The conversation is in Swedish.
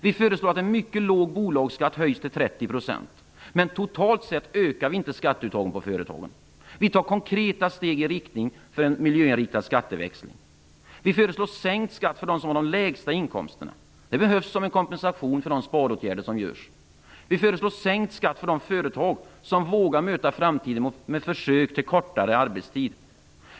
Vi föreslår att en mycket låg bolagsskatt höjs till 30 %. Men totalt sett ökar vi inte skatteuttagen på företagen. Vi tar konkreta steg i riktning för en miljöinriktad skatteväxling. Vi föreslår sänkt skatt för dem som har de lägsta inkomsterna. Det behövs som en kompensation för de sparåtgärder som genomförs. Vi föreslår sänkt skatt för de företag som vågar möta framtiden med försök att korta arbetstiden.